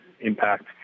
impact